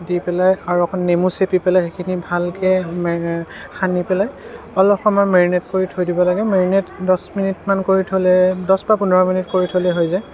দি পেলাই আৰু অকণমান নেমু চেপি পেলাই সেইখিনি ভালকে সানি পেলাই অলপ সময় মেৰিনেট কৰি থৈ দিব লাগে মেৰিনেট দহ মিনিটমান কৰি থ'লে দহ বা পোন্ধৰ মিনিট কৰি থ'লে হৈ যায়